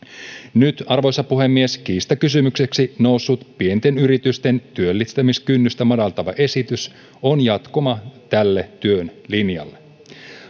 nyt arvoisa puhemies kiistakysymykseksi noussut pienten yritysten työllistämiskynnystä madaltava esitys on jatkoa tälle työn linjalle